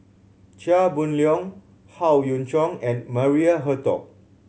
Chia Boon Leong Howe Yoon Chong and Maria Hertogh